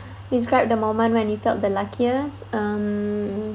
describe the moment when you felt the luckiest um